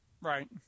Right